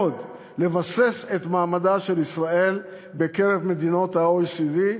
מאוד, לבסס את מעמדה של ישראל בקרב מדינות ה-OECD,